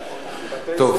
טוב.